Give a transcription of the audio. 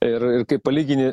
ir ir kai palygini